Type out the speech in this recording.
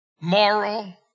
moral